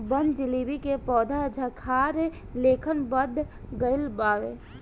बनजीलेबी के पौधा झाखार लेखन बढ़ गइल बावे